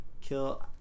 Kill